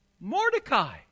Mordecai